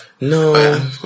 No